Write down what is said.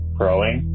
growing